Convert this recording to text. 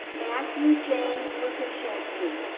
matthew james lukachinsky.